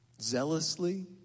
Zealously